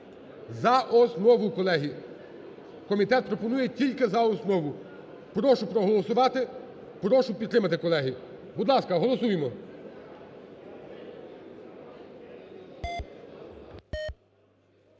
за основу, колеги. Комітет пропонує тільки за основу. Прошу проголосувати, прошу підтримати, колеги. Будь ласка, голосуємо.